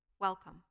welcome